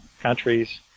countries